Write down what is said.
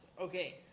Okay